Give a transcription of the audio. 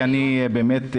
אנחנו כבר אחרי חמש שעות